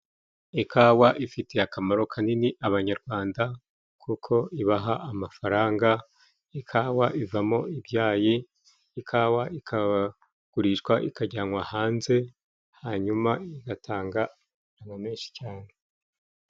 Ikawa ifitiye akamaro kanini abanyarwanda kuko ibaha amafaranga. Ikawa ivamo icyayi, ikawa ikagurishwa, ikajyanwa hanze, hanyuma igatanga amafaranga menshi cyane.